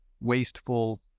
wasteful